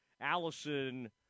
Allison